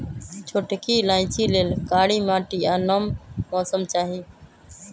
छोटकि इलाइचि लेल कारी माटि आ नम मौसम चाहि